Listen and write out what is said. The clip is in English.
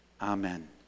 Amen